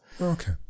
Okay